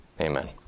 Amen